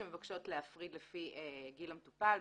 התקנות שמבקשות להפריד לפי גיל המטופל,